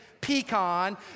pecan